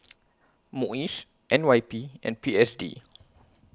Muis N Y P and P S D